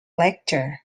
lecture